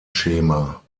schema